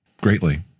greatly